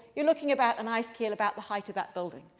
you're looking about an ice keel about the height of that building.